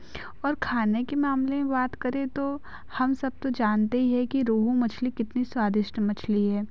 खाने के मामले में बात करें तो हम सब तो जानते हैं ही है कि रोहू मछली कितनी स्वादिष्ट मछली है